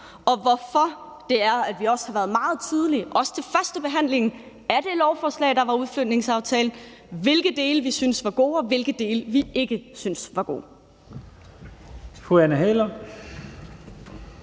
og hvorfor det er, at vi også har været meget tydelige, også til førstebehandlingen af det lovforslag, der var udflytningsaftalen, om, hvilke dele vi syntes var gode, og hvilke dele vi ikke syntes var gode.